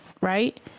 Right